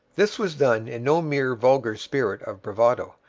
this was done in no mere vulgar spirit of bravado,